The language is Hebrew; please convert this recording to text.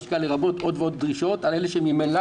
משמע: לרבות עוד ועוד דרישות על אלה שממילא